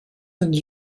and